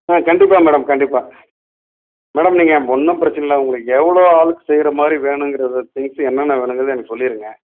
ஆ கண்டிப்பாக மேடம் கண்டிப்பாக மேடம் நீங்கள் ஒன்றும் பிரச்சின இல்லை உங்களுக்கு எவ்வளோ ஆளுக்கு செய்கிற மாதிரி வேணுங்கிறத திங்க்ஸு என்னென்ன வேணுங்கிறத எனக்கு சொல்லியிருங்க